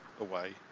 away